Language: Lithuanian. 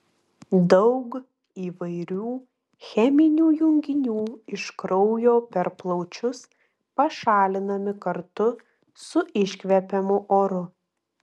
daug įvairių cheminių junginių iš kraujo per plaučius pašalinami kartu su iškvepiamu oru